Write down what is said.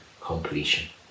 completion